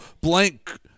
Blank